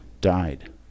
died